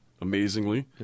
amazingly